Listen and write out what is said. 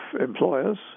employers